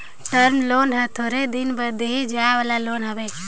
term loan हर थोरहें दिन बर देहे जाए वाला लोन हवे